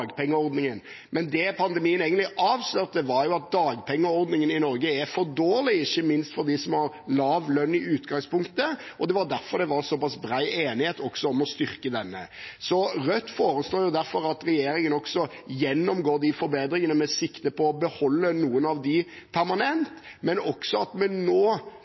Men det som pandemien avslørte, var at dagpengeordningen i Norge er for dårlig, ikke minst for dem som har lav lønn i utgangspunktet. Det var også derfor det var såpass bred enighet om å styrke denne. Rødt foreslår derfor at regjeringen også gjennomgår de forbedringene med sikte på å beholde noen av de permanent, men også at vi nå,